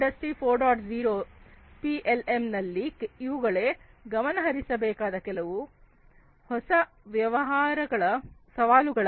0 ನ ಪಿಎಲ್ಎಂ ನಲ್ಲಿ ಇವುಗಳೇ ಗಮನಹರಿಸಬೇಕಾದ ಕೆಲವು ಹೊಸ ವ್ಯವಹಾರಗಳ ಸವಾಲುಗಳಾಗಿವೆ